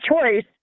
choice